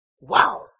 Wow